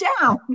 down